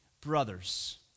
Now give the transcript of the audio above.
brothers